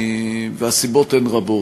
והסיבות הן רבות.